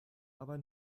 aber